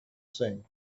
same